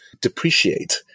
depreciate